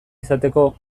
izateko